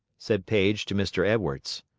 said paige to mr. edwards.